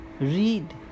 read